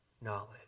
knowledge